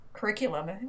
curriculum